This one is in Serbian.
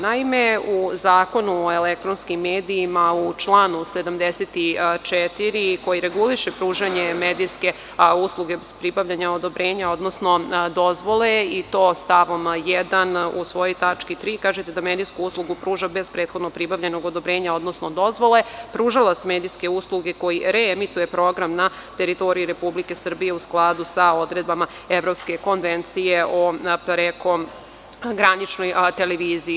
Naime, u Zakonu o elektronskim medijima u članu 74. koji reguliše pružanje medijske usluge uz pribavljanje odobrenja, odnosno dozvole i to u stavu 1. u svojoj tački 3. kaže da medijsku uslugu pruža bez prethodno pribavljenog odobrenja, odnosno dozvole, pružalac medijske usluge koji reemituje program na teritoriji Republike Srbije u skladu sa odredbama Evropske konvencije o prekograničnoj televiziji.